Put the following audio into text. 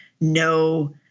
No